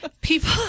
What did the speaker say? people